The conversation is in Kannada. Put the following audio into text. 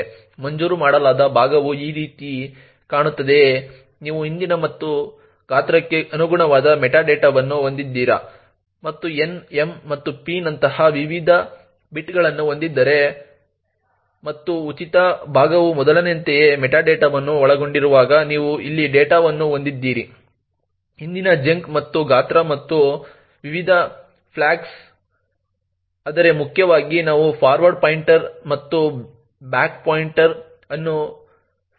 ಮಂಜೂರು ಮಾಡಲಾದ ಭಾಗವು ಈ ರೀತಿ ಕಾಣುತ್ತದೆಯೇ ನೀವು ಹಿಂದಿನ ಮತ್ತು ಗಾತ್ರಕ್ಕೆ ಅನುಗುಣವಾದ ಮೆಟಾಡೇಟಾವನ್ನು ಹೊಂದಿದ್ದೀರಾ ಮತ್ತು n m ಮತ್ತು p ನಂತಹ ವಿವಿಧ ಬಿಟ್ಗಳನ್ನು ಹೊಂದಿದ್ದೀರಾ ಮತ್ತು ಉಚಿತ ಭಾಗವು ಮೊದಲಿನಂತೆಯೇ ಮೆಟಾಡೇಟಾವನ್ನು ಒಳಗೊಂಡಿರುವಾಗ ನೀವು ಇಲ್ಲಿ ಡೇಟಾವನ್ನು ಹೊಂದಿದ್ದೀರಿ ಹಿಂದಿನ ಚಂಕ್ ಮತ್ತು ಗಾತ್ರ ಮತ್ತು ವಿವಿಧ ಫ್ಲ್ಯಾಗ್ಗಳು ಆದರೆ ಮುಖ್ಯವಾಗಿ ನಾವು ಫಾರ್ವರ್ಡ್ ಪಾಯಿಂಟರ್ ಮತ್ತು ಬ್ಯಾಕ್ ಪಾಯಿಂಟರ್ ಅನ್ನು ಫ್ರೀ ಚಂಕ್ನಲ್ಲಿ ಹೊಂದಿದ್ದೇವೆ